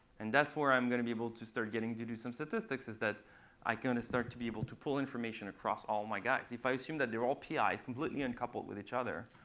and that's where i'm going to be able to start getting to do some statistics. it's that i'm going to start to be able to pull information across all my guys. if i assume that they're all pi's completely uncoupled with each other.